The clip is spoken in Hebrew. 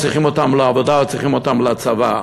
צריכים אותם לעבודה או צריכים אותם לצבא.